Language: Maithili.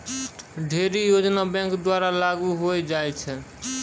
ढ़ेरी योजना बैंक द्वारा लागू होय छै